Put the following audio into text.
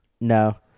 No